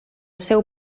seu